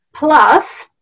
Plus